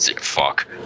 fuck